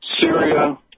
Syria